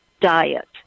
diet